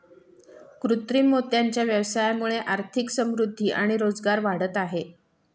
कृत्रिम मोत्यांच्या व्यवसायामुळे आर्थिक समृद्धि आणि रोजगार वाढत आहे